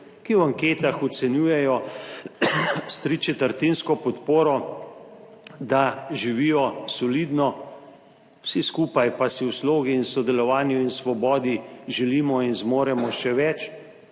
ki v anketah ocenjujejo s tričetrtinsko podporo, da živijo solidno, vsi skupaj pa si v slogi in sodelovanju in svobodi želimo in zmoremo še več.